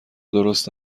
درست